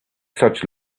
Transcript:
such